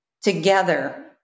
together